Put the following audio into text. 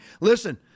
listen